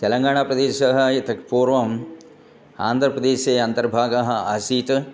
तेलङ्गाणाप्रदेशः इतः पूर्वम् आन्ध्रप्रदेशे अन्तर्भागः आसीत्